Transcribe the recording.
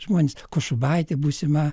žmonės košubaitė būsima